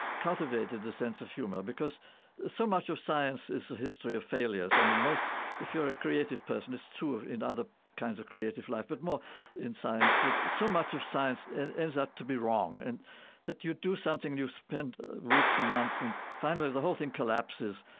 cultivated a sense of humor, because so much of science is a history of failures. i mean, most if you're a creative person, it's true in other kinds of creative life, but more in science that so much of science ends up to be wrong. and that you do something, you spend weeks and months and finally the whole thing collapses.